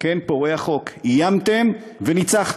כן, פורעי החוק, איימתם וניצחתם.